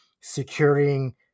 securing